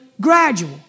gradual